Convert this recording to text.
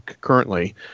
currently